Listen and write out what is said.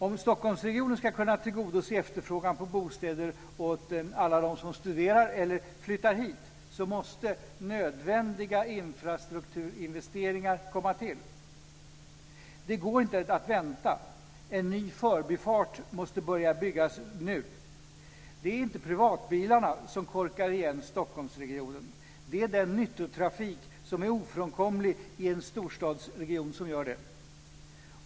Om Stockholmsregionen ska kunna tillgodose efterfrågan på bostäder åt alla dem som studerar eller flyttar hit måste nödvändiga infrastrukturinvesteringar komma till. Det går inte att vänta. En ny förbifart måste börja byggas nu. Det är inte privatbilarna som korkar igen Stockholmsregionen. Det är den nyttotrafik som är ofrånkomlig i en storstadsregion som gör det.